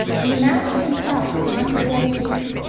and the master himself is on his way here,